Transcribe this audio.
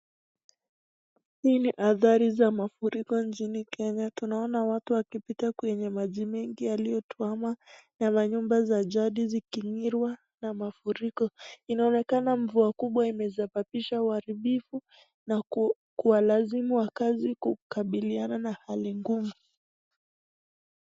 Hii ni adhari za mafuriko nchini Kenya, tunaoana watu wakipita kwa maji mengi yaliotuama na manyumba za jadi zikinyirwa na mafuriko. Inaonekana mvua kubwa imesababisha uharibifu na kuwalazimu wakazi kukabiriana na hali ngumu.